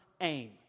aim